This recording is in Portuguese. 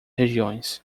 regiões